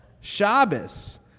Shabbos